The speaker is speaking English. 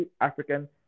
African